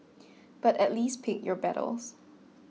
but at least pick your battles